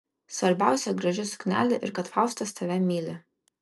svarbiausia graži suknelė ir kad faustas tave myli